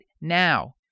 now